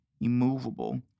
immovable